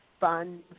fun